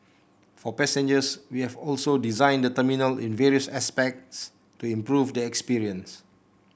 for passengers we have also designed the terminal in various aspects to improve the experience